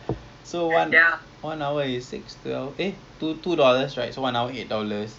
apa lagi kita boleh berbual pasal pasal entah lah